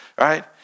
right